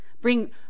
Bring